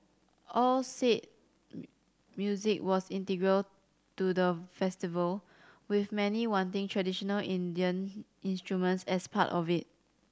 all said music was integral to the festival with many wanting traditional Indian instruments as part of it